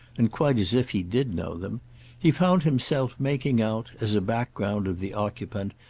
and quite as if he did know them he found himself making out, as a background of the occupant,